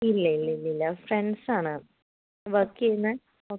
ഇല്ലയില്ല ഇല്ലില്ല ഫ്രണ്ട്സ് ആണ് വർക്ക് ചെയ്യുന്നത് ഓക്കേ